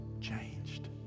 changed